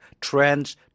Trends